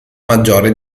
maggiore